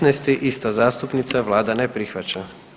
15., ista zastupnica, Vlada ne prihvaća.